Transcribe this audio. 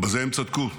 בזה הם צדקו: